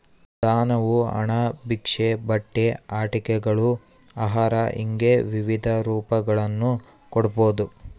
ದಾನವು ಹಣ ಭಿಕ್ಷೆ ಬಟ್ಟೆ ಆಟಿಕೆಗಳು ಆಹಾರ ಹಿಂಗೆ ವಿವಿಧ ರೂಪಗಳನ್ನು ಕೊಡ್ಬೋದು